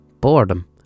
boredom